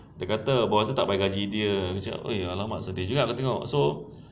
dia kata boss dia tak bagi dia eh !alamak! sedih juga tengok so